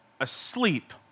asleep